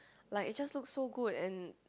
like it just looks so good and